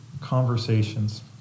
conversations